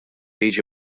jiġi